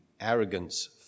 arrogance